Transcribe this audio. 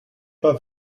pas